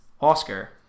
Oscar